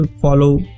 follow